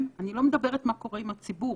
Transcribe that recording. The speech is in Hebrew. אני לא מדברת מה קורה עם הציבור